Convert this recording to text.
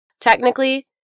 technically